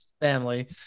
family